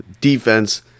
Defense